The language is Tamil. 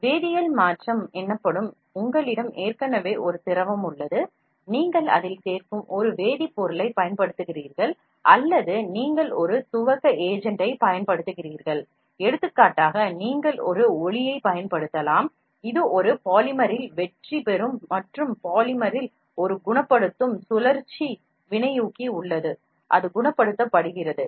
வேதியியல் மாற்றம் என்பது ஏற்கனவே உங்களிடம் ஒரு திரவம் உள்ளது அதில் நீங்கள் சேர்க்கும் ஒரு வேதிப்பொருளைப் பயன்படுத்துகிறீர்கள் அல்லது நீங்கள் ஒரு துவக்க agent ஐ பயன்படுத்துகிறீர்கள் எடுத்துக்காட்டாக நீங்கள் ஒரு ஒளியைப் பயன்படுத்தலாம் இது ஒரு பாலிமரை சென்று அடிக்கும் மற்றும் பாலிமரில் curing சுழற்சி வினையூக்கி உள்ளது அது பாலிமரை ஐ cure செய்கிறது